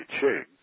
Ching